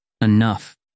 Enough